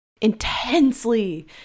intensely